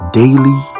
daily